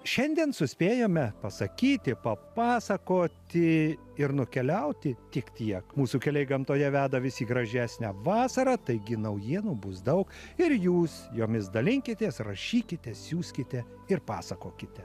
šiandien suspėjome pasakyti papasakoti ir nukeliauti tik tiek mūsų keliai gamtoje veda visi į gražesnę vasarą taigi naujienų bus daug ir jūs jomis dalinkitės rašykite siųskite ir pasakokite